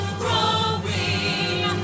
growing